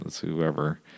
whoever